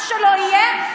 מה שלא יהיה,